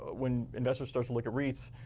when investors start to look at reits,